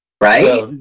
right